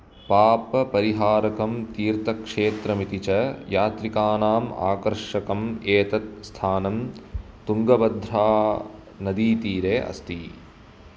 पापपरिहारकं तीर्तक्षेत्रमिति च यात्रिकानाम् आकर्षकम् एतद् स्थानं तुङ्गबध्रानदीतीरे अस्ति